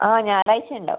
ആ ഞായറാഴ്ച ഉണ്ടാകും